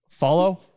Follow